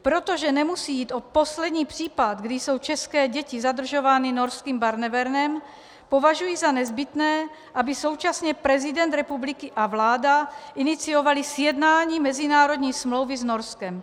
Protože nemusí jít o poslední případ, kdy jsou české děti zadržovány norským Barnevernem, považuji za nezbytné, aby současně prezident republiky a vláda iniciovali sjednání mezinárodní smlouvy s Norskem.